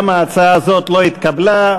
גם ההצעה הזאת לא התקבלה.